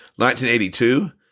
1982